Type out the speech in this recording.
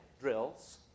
drills